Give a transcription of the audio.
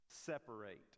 separate